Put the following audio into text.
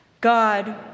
god